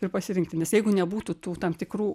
ir pasirinkti nes jeigu nebūtų tų tam tikrų